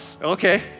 okay